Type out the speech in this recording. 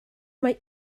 mae